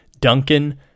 Duncan